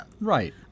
Right